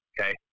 Okay